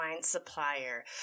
supplier